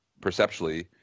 perceptually